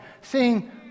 Seeing